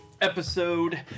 episode